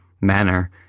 manner